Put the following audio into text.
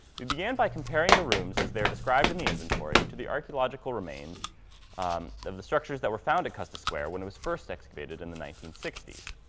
we began by comparing the rooms as they're described in the inventory to the archeological remains um of the structures that were found at custis square when it was first excavated in the nineteen sixty s.